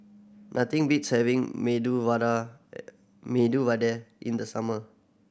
nothing beats having Medu Vada Medu Vada in the summer